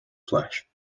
flesh